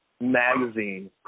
magazine